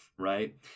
Right